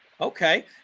Okay